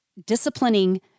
Disciplining